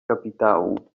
kapitału